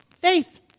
faith